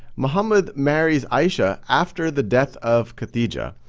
muhammad marries aisha after the death of khadijah,